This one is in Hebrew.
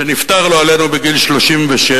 שנפטר לא עלינו בגיל 36,